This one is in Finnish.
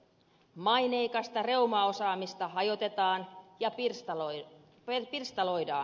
maineikasta reumaosaamista hajotetaan ja pirstaloidaan